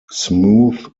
smooth